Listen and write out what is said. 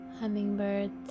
Hummingbirds